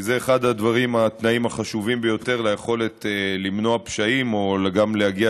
זה אחד התנאים החשובים ביותר ביכולת למנוע פשעים וגם להגיע